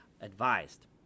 advised